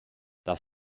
das